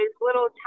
little